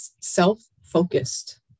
self-focused